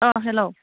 अ hello